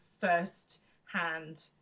first-hand